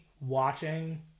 watching